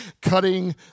Cutting